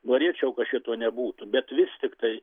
norėčiau kad šito nebūtų bet vis tiktai